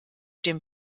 dem